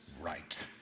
right